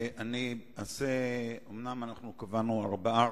אומנם קבענו ארבעה-ארבעה,